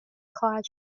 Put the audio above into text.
خواهد